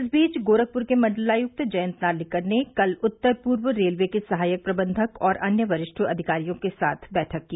इस बीच गोरखपुर के मण्डलायुक्त जयन्त नार्लिकर ने कल उत्तर पूर्व रेलवे के सहायक प्रबन्धक और अन्य वरिष्ठ अधिकारियों के साथ बैठक की